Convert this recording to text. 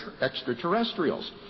extraterrestrials